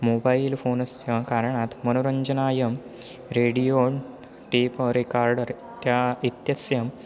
mobile फ़ोनस्य कारणात् मनोरञ्जनाय रेडियोण् टीप रिकार्डर् इत्यादि इत्यस्य